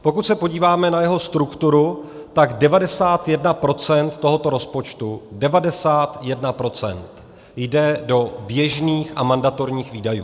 Pokud se podíváme na jeho strukturu, tak 91 % tohoto rozpočtu, 91 % jde o běžných a mandatorních výdajů.